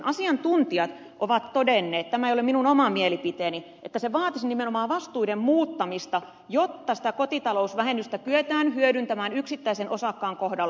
asiantuntijat ovat todenneet tämä ei ole minun oma mielipiteeni että se vaatisi nimenomaan vastuiden muuttamista jotta sitä kotitalousvähennystä kyetään hyödyntämään yksittäisen osakkaan kohdalla